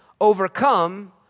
Overcome